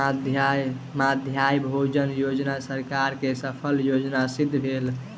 मध्याह्न भोजन योजना सरकार के सफल योजना सिद्ध भेल